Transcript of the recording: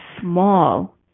small